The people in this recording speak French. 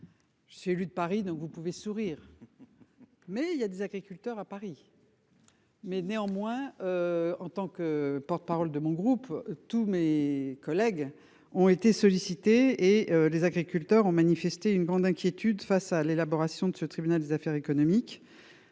Je suis élu de Paris, donc vous pouvez sourire. Mais il y a des agriculteurs à Paris. Mais néanmoins. En tant que porte-, parole de mon groupe, tous mes collègues ont été sollicités et les agriculteurs ont manifesté une grande inquiétude face à l'élaboration de ce tribunal des affaires économiques